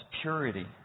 purity